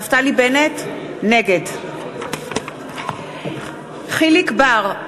נגד יחיאל חיליק בר,